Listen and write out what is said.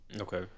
okay